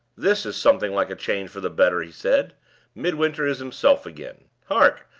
this is something like a change for the better, he said midwinter is himself again. hark!